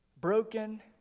broken